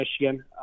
michigan